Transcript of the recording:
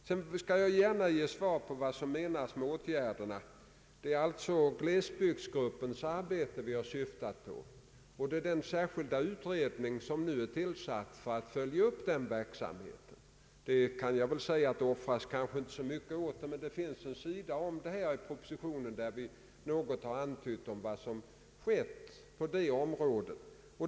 Sedan skall jag gärna ge svar på herr Dahléns fråga vad som menas med särskilda åtgärder. Det är glesbygdsgruppens arbete vi har syftat på, och den särskilda utredning som nu är tillsatt för att följa upp den verksamheten. Det finns inte så mycket anfört om detta, men på en sida i propositionen har vi något antytt vad som skett på det området.